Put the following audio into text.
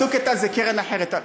"צוק איתן" זה קרן אחרת.